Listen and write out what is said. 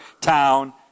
town